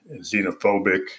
xenophobic